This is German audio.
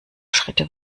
schritte